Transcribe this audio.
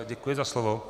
Děkuji za slovo.